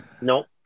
Nope